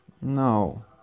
No